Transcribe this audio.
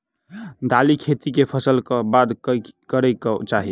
दालि खेती केँ फसल कऽ बाद करै कऽ चाहि?